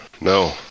no